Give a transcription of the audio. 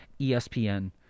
ESPN